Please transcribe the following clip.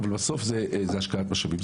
אבל בסוף זה השקעת משאבים,